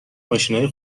ماشینای